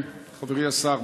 חברי השר,